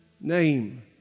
name